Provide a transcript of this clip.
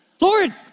Lord